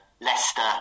Leicester